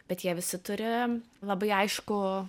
bet jie visi turi labai aiškų